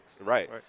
Right